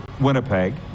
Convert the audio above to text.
Winnipeg